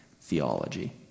theology